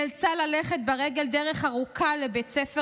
היא נאלצה ללכת ברגל דרך ארוכה לבית ספר